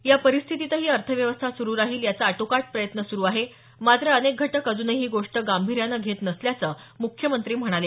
या परिस्थितीतही अर्थव्यवस्था सुरू राहील याचा आटोकाट प्रयत्न सुरु आहे मात्र अनेक घटक अजूनही ही गोष्ट गांभीर्यानं घेत नसल्याचं मुख्यमंत्री म्हणाले